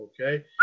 Okay